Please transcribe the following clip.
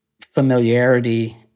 familiarity